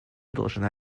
должна